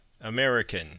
American